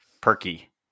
Perky